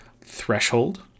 threshold